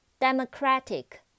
Democratic